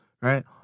right